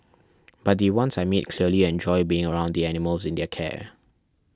but the ones I meet clearly enjoy being around the animals in their care